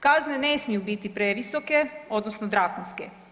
Kazne ne smiju biti previsoke odnosno drakonske.